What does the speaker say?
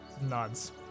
Nods